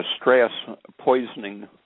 stress-poisoning